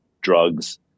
drugs